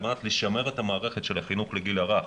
על מנת לשמר את המערכת של החינוך לגיל הרך,